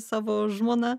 savo žmona